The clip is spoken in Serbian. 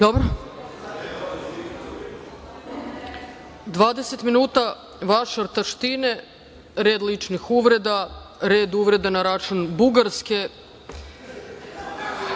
Dobro, 20 minuta vašar taštine, red ličnih uvreda, red uvreda na račun Bugarske.